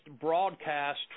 broadcast